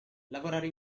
lavorare